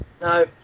No